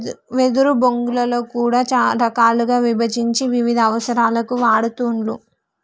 వెదురు బొంగులో కూడా రకాలుగా విభజించి వివిధ అవసరాలకు వాడుతూండ్లు